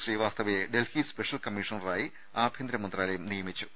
ശ്രീവാസ്തവയെ Delhi special കമ്മീഷണറായി ആഭ്യന്തര മന്ത്രാലയം നിയമി ച്ചു